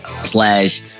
slash